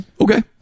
okay